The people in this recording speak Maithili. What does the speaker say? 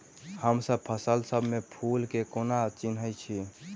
हमसब फसल सब मे फूल केँ कोना चिन्है छी?